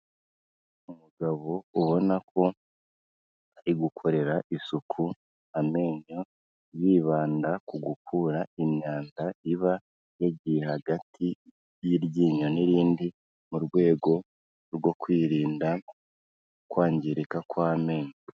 Umugabo ubona ko ari gukorera isuku amenyo yibanda ku gukura imyanda iba yagiye hagati y'iryinyo n'irindi mu rwego rwo kwirinda kwangirika kw'amenyo.